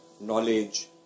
knowledge